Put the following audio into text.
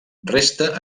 resta